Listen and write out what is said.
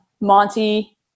Monty